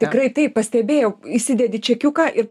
tikrai taip pastebėjau įsidedi čekiuką ir